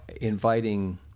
inviting